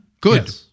good